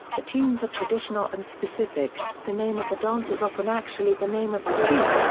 the tunes are traditional and specific the name of the dance is often actually the name of the tune,